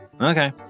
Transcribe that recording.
Okay